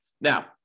Now